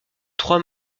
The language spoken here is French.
trois